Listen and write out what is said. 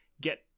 get